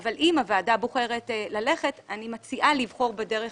אבל אם הוועדה בוחרת ללכת אז אני מציעה ללכת בדרך